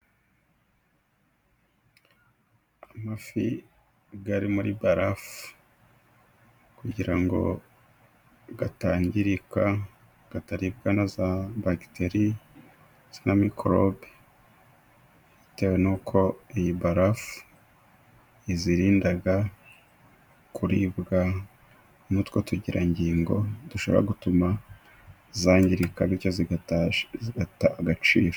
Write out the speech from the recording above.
Amafi ari muri barafu kugira ngo atangirika, ataribwa na za bagiteri ndetse na mikorobe bitewe n'uko iyi barafu iyarinda kuribwa n'utwo tugirangingo dushobora gutuma yangirika, bityo agata agaciro.